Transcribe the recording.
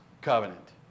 covenant